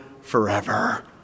forever